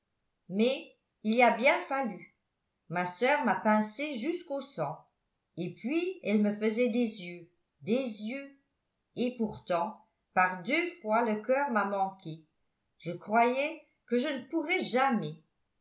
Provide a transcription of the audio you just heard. mais il a bien fallu ma soeur m'a pincée jusqu'au sang et puis elle me faisait des yeux des yeux et pourtant par deux fois le coeur m'a manqué je croyais que je ne pourrais jamais